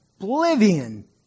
oblivion